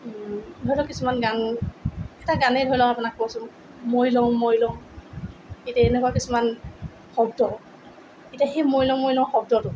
ধৰি লওক কিছুমান গান এটা গানেই ধৰি লওক আপোনাক কৈছোঁ মৰি লওঁ মৰি লওঁ এতিয়া এনেকুৱা কিছুমান শব্দ এতিয়া সেই মৰি লওঁ মৰি লওঁ শব্দটো